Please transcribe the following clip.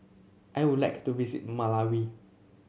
I would like to visit Malawi